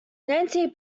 nancy